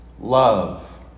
love